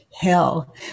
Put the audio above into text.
hell